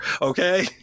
Okay